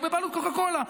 הוא בבעלות קוקה קולה.